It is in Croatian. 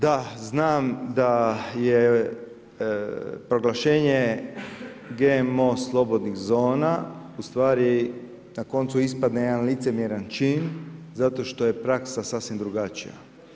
Da znam, da je proglašenje GMO slobodnih zona, ustvari, na koncu ispadne jedan licemjerni čin, zato što je praksa sasvim drugačija.